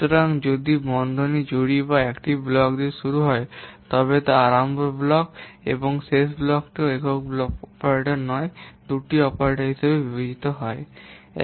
সুতরাং যদি বন্ধনীর জুড়ি বা একটি ব্লক শুরু হয় তবে তা আরম্ভ ব্লক এবং শেষের ব্লকটিও একক অপারেটর নয় দুটি অপারেটর হিসাবে বিবেচিত হবে